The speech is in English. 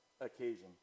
occasion